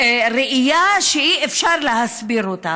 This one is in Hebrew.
ראייה שאי-אפשר להסביר אותה.